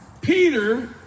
Peter